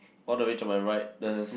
all the way to my right the